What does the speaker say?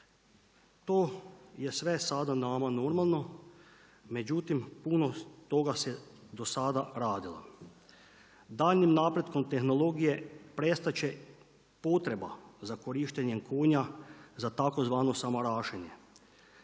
To je sve sada nama normalno, međutim puno toga se do sada radilo. Daljnjim napretkom tehnologije prestati će potreba za korištenjem koma za tzv. …/Govornik